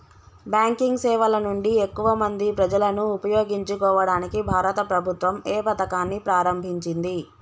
Banking సేవల నుండి ఎక్కువ మంది ప్రజలను ఉపయోగించుకోవడానికి భారత ప్రభుత్వం ఏ పథకాన్ని ప్రారంభించింది?